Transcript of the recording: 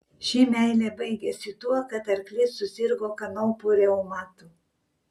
ši meilė baigėsi tuo kad arklys susirgo kanopų reumatu